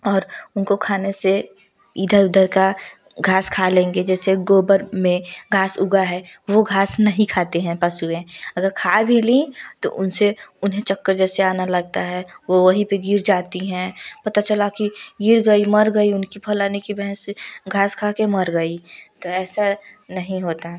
और उनको खाने से इधर उधर का घास खा लेंगे जैसे गोबर में घास उगा है वो घास नहीं खाती है पशुऍं अगर खा भी लें तो उनसे उन्हे चक्कर जैसे आने लगता है वो वही पर गिर जाती हैं पता चला कि गिर गई मर गई उनकी फलाने की भैंस घास खा कर मर गई तो ऐसा नहीं होता है